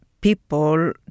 people